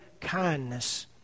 kindness